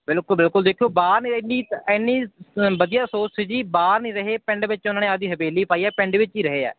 ਬਿਲਕੁਲ ਬਿਲਕੁਲ ਦੇਖਿਓ ਬਾਹਰ ਨੇ ਐਨੀ ਐਨੀ ਵਧੀਆ ਸੋਚ ਸੀ ਜੀ ਬਾਹਰ ਨਹੀਂ ਰਹੇ ਪਿੰਡ ਵਿੱਚ ਉਹਨਾਂ ਨੇ ਆਪਦੀ ਹਵੇਲੀ ਪਾਈ ਹੈ ਪਿੰਡ ਵਿੱਚ ਹੀ ਰਹੇ ਹੈ